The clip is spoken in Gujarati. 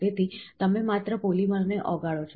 તેથી તમે માત્ર પોલિમર ને ઓગાળો છો